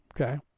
Okay